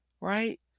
right